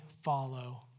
follow